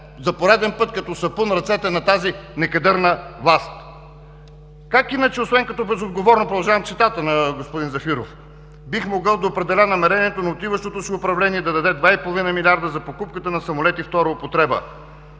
за пореден път като сапун ръцете на тази некадърна власт. „Как иначе освен като безотговорно – продължавам цитата на господин Зафиров – бих могъл да определя намерението на отиващото си управление да даде два и половина милиарда за покупката на самолети втора употреба?